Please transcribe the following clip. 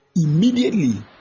immediately